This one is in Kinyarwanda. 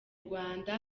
rwanda